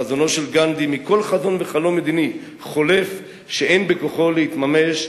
חזונו של גנדי מכל חזון וחלום מדיני חולף שאין בכוחו להתממש,